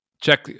check